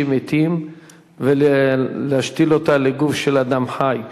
מתים ולהשתיל אותה בגוף של אדם חי.